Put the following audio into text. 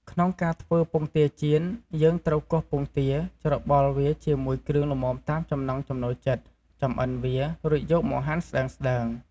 ក្នុងការធ្វើពងទាចៀន យើងត្រូវគោះពងទា ច្របល់វាជាមួយគ្រឿងល្មមតាមចំណង់ចំណូលចិត្ត ចម្អិនវា រួចយកមកហាន់ស្តើងៗ។